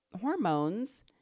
hormones